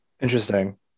interesting